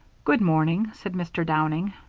good morning, said mr. downing.